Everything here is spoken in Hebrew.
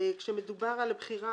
כשמדובר על בחירה,